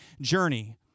journey